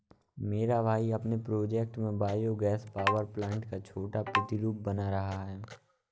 मेरा भाई अपने प्रोजेक्ट में बायो गैस पावर प्लांट का छोटा प्रतिरूप बना रहा है